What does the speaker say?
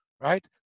Right